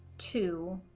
two